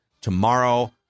Tomorrow